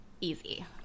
easy